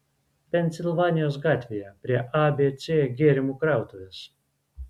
pensilvanijos gatvėje prie abc gėrimų krautuvės